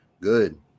Good